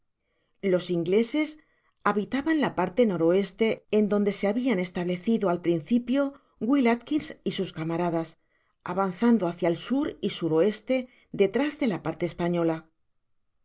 los ingleses habitaban la parte n o en donde se habian establecido ai principio wili alkins y sus camaradas avanzando hácia el s y s o detras de la parte española